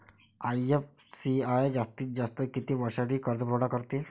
IFCI जास्तीत जास्त किती वर्षासाठी कर्जपुरवठा करते?